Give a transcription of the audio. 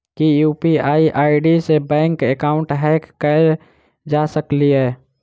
की UPI ID सऽ bank account hack कैल जा सकलिये?